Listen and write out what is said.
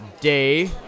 Day